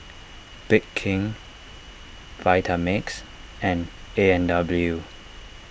Bake King Vitamix and A and W